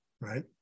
right